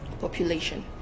population